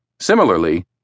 Similarly